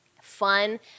fun